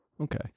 Okay